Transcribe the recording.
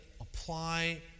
apply